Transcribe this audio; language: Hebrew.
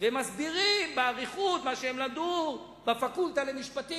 ומסבירים באריכות מה שהם למדו בפקולטה למשפטים,